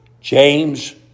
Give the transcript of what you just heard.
James